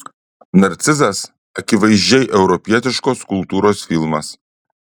narcizas akivaizdžiai europietiškos kultūros filmas